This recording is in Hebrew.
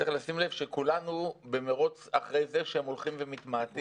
צריך לשים לב שכולנו במרוץ אחרי זה שהם הולכים ומתמעטים.